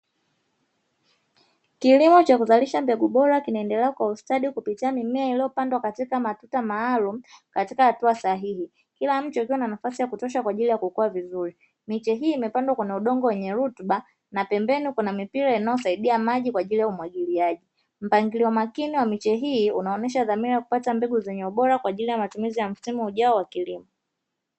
Kilimo cha kuzalisha mbegu bora kinaendelea kwa ustadi kupitia mimea iliyopandwa katika matuta maalumu katika hatua sahihi, kila mti unanafasi ya kutosha kwaajili ya kukua vizuri, miche hii imepandwa kwenye udongo wenye lutuba na pembeni kuna mipira inayosaidia maji kwaajili ya umwagiliaji, mpangilio makini wa miche hii unaonesha zamila ya kuapata mbegu zenye ubora kwaajili ya matumizi ya msimu ujao wa kilimo.